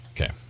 Okay